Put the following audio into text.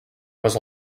was